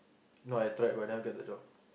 no I tried but I never get the job